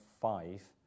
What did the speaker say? five